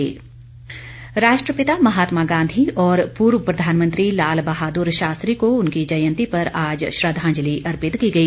श्रद्वांजलि राष्ट्रपिता महात्मा गांधी और पूर्व प्रधानमंत्री लाल बहादुर शास्त्री को उनकी जयंती पर आज श्रद्वांजलि अर्पित की गई